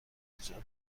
ایجاد